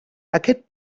aquest